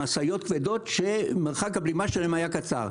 עם משאיות כבדות שמרחק הבלימה שלהם היה קצר.